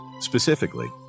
Specifically